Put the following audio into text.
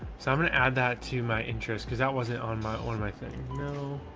so i'm going to add that to my interest because that wasn't on my own of my thing. no,